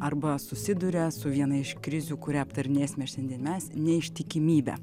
arba susiduria su viena iš krizių kurią aptarinėsime šiandien mes neištikimybę